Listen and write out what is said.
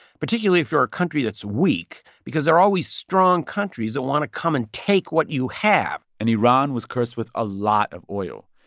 particularly if you're a country that's weak because there are always strong countries that want to come and take what you have and iran was cursed with a lot of oil.